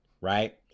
Right